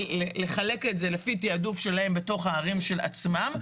לחלק את זה לפי תעדוף שלהם בתוך הערים של עצמם,